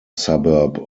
suburb